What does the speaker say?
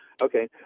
Okay